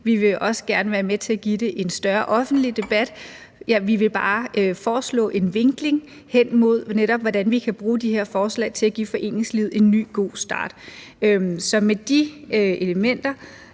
Vi vil også gerne være med til at give det en større offentlig debat; vi vil bare foreslå en vinkling hen imod, hvordan vi kan bruge de her forslag til at give foreningslivet en ny, god start. Så med de elementer